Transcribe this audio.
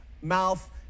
mouth